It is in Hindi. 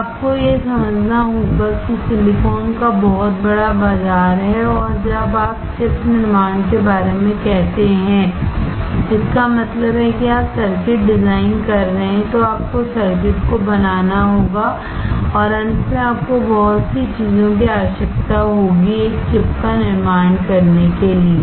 तो आपको यह समझना होगा कि सिलिकॉन का बहुत बड़ा बाजार है और जब आप चिप निर्माण के बारे में कहते हैं इसका मतलब है कि आप सर्किट डिजाइन कर रहे हैं तो आपको सर्किट को बनाना होगा और अंत में आपको बहुत सी चीजों की आवश्यकता होगी एक चिप का निर्माण करने के लिए